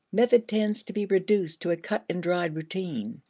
method tends to be reduced to a cut and dried routine,